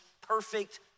perfect